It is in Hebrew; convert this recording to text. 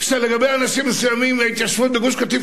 שלגבי אנשים מסוימים ההתיישבות בגוש-קטיף